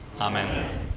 amen